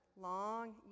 long